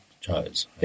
chose